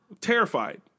Terrified